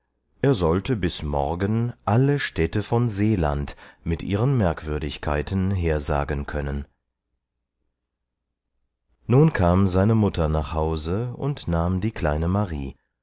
er sollte bis morgen alle städte von seeland mit ihren merkwürdigkeiten hersagen können nun kam seine mutter nach hause und nahm die kleine marie